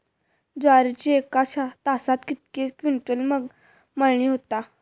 ज्वारीची एका तासात कितके क्विंटल मळणी होता?